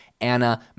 Anna